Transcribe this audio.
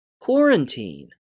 quarantine